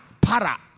para